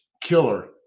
killer